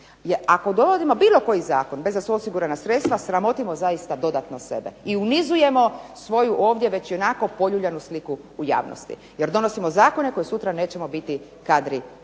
jer dovodimo bilo koji zakon, bez da su osigurana sredstva sramotimo zaista dodatno sebe, i unizujemo svoju ovdje već ionako poljuljanu sliku u javnosti, jer donosimo zakone koje sutra nećemo biti kadri provesti.